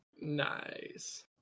Nice